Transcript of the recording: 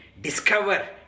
discover